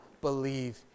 believe